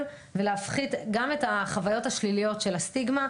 ולהפחית גם את החוויות השליליות של הסטיגמה,